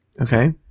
okay